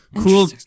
cool